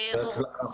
בהצלחה.